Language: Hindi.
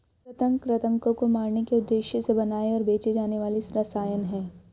कृंतक कृन्तकों को मारने के उद्देश्य से बनाए और बेचे जाने वाले रसायन हैं